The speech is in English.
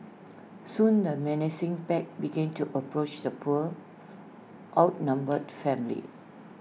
soon the menacing pack began to approach the poor outnumbered family